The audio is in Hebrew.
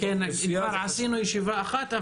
עשינו ישיבה אחת,